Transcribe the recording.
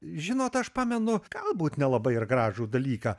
žinot aš pamenu galbūt nelabai ir gražų dalyką